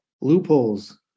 Loopholes